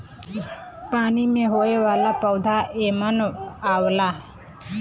पानी में होये वाला पौधा एमन आवला